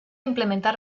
implementar